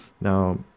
now